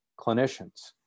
clinicians